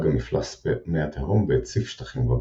גם מפלס מי התהום והציף שטחים רבים.